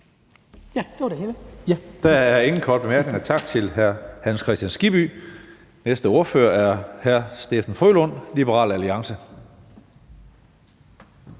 (Karsten Hønge): Der er ingen korte bemærkninger. Tak til hr. Hans Kristian Skibby. Næste ordfører er hr. Steffen W. Frølund, Liberal Alliance.